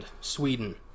Sweden